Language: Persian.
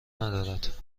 ندارد